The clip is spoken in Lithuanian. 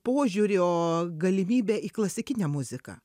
požiūrio galimybę į klasikinę muziką